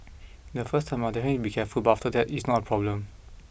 the first time I'll definitely be careful but after that it's not a problem